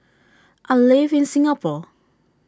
I live in Singapore